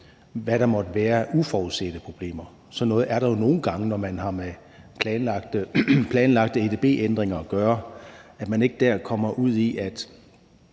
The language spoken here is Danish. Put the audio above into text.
hvad der måtte være af uforudsete problemer – sådan noget er der jo nogle gange, når man har med planlagte edb-ændringer at gøre – så man ikke kommer ud i, at